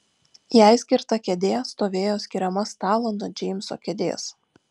jai skirta kėdė stovėjo skiriama stalo nuo džeimso kėdės